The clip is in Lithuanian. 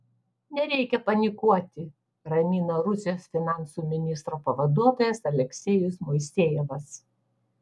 nereikia panikuoti ramina rusijos finansų ministro pavaduotojas aleksejus moisejevas